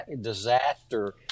disaster